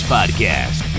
Podcast